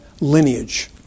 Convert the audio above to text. lineage